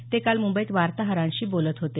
ते काल मुंबईत वार्ताहरांशी बोलत होते